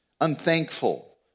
unthankful